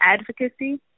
advocacy